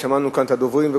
ושמענו כאן את הדוברים,